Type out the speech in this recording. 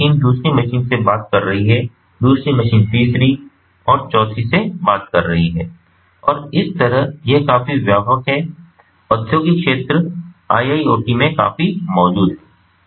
तो एक मशीन दूसरी मशीन से बात कर रही है दूसरी मशीन तीसरी चौथी से बात कर रही है और इस तरह यह काफी व्यापक है यह औद्योगिक क्षेत्र IIoT में काफी मौजूद है